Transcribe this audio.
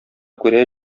күрә